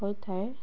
ହୋଇଥାଏ